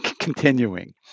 continuing